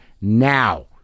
now